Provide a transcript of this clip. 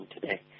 today